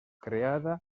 creada